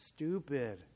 stupid